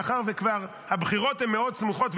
מאחר שהבחירות הן מאוד סמוכות,